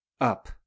up